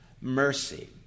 mercy